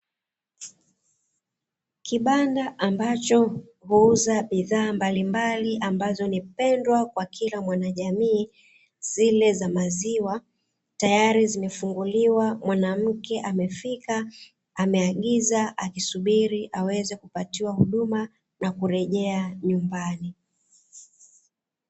Kibanda ambacho huuza bidhaa mbalimbali ambazo ni pendwa kwa kila mwanajamii zile za maziwa, tayari zimefunguliwa mwanamke amefika, ameagiza akisubiri aweze kupatiwa huduma, na kurejea nyumbani.